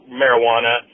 marijuana